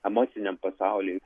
emociniam pasauly